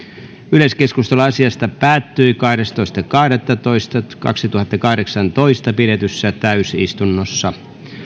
yleiskeskustelu asiasta päättyi kahdestoista kahdettatoista kaksituhattakahdeksantoista pidetyssä täysistunnossa